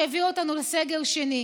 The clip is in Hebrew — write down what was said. שהביאה אותנו לסגר שני.